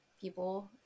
people